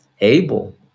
able